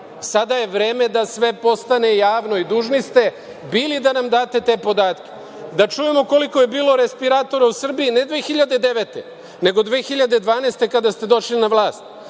sada je vreme da sve postane javno i dužni ste bili da nam date te podatke, da čujemo koliko je bilo respiratora u Srbiji ne 2009. nego 2012. godine kada ste došli na vlast.